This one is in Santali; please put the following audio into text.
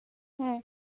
ᱦᱮᱸ